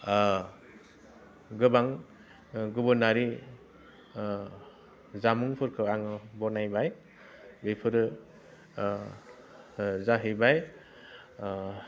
गोबां गुबुनारि जामुंफोरखौ आङो बानायबाय बेफोरो जाहैबाय